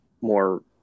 more